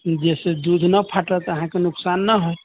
जहिसँ दूध नहि फाटत अहाँकेँ नुकसान नहि होयत